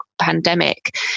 pandemic